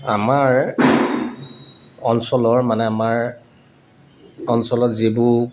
আমাৰ অঞ্চলৰ মানে আমাৰ অঞ্চলত যিবোৰ